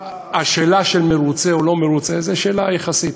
השאלה של מרוצה או לא מרוצה זו שאלה יחסית.